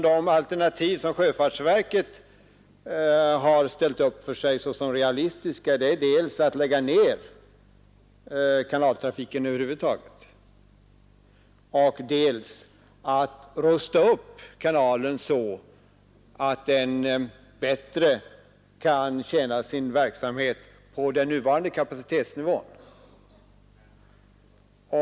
De alternativ som sjöfartsverket har ställt upp som realistiska är dels att lägga ned kanaltrafiken över huvud taget, dels att rusta upp kanalen så att den bättre kan tjäna sitt ändamål på den nuvarande kapacitetsnivån.